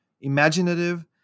imaginative